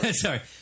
Sorry